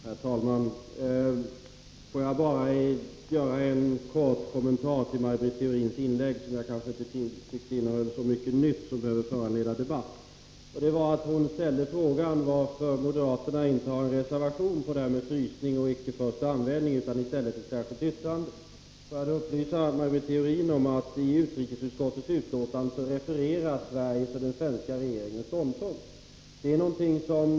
Herr talman! Får jag bara göra en kort kommentar till Maj Britt Theorins inlägg, som jag tyckte inte innehöll så mycket nytt som behöver föranleda debatt. Maj Britt Theorin ställde frågan, varför moderaterna inte har avgivit en reservation i fråga om detta med frysning och icke-förstaanvändning utan i stället skrivit ett särskilt yttrande. Får jag då upplysa Maj Britt Theorin om att i utrikesutskottets betänkande redovisas Sveriges och den svenska regeringens ståndpunkt.